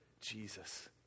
Jesus